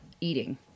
eating